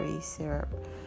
syrup